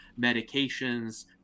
medications